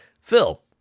Phil